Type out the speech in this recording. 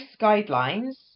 guidelines